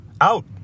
out